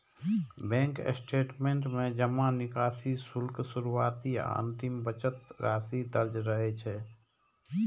bank statement में जमा, निकासी, शुल्क, शुरुआती आ अंतिम बचत राशि दर्ज रहै छै